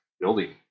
building